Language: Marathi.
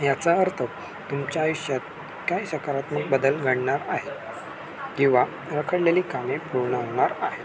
याचा अर्थ तुमच्या आयुष्यात काही सकारात्मक बदल घडणार आहे किंवा रखडलेली कामे पूर्ण होणार आहेत